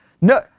no